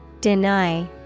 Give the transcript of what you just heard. Deny